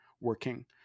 working